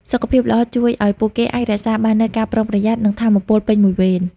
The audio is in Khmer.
សុខភាពល្អជួយឲ្យពួកគេអាចរក្សាបាននូវការប្រុងប្រយ័ត្ន និងថាមពលពេញមួយវេន។